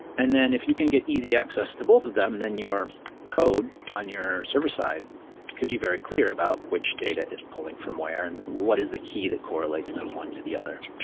and then if you can get easy access to both of them, then your code on your server-side could be very clear about which data it's pulling from where and what is the key that correlates them one to the other.